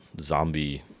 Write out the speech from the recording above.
zombie